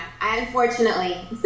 unfortunately